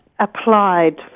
Applied